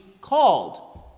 called